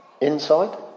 inside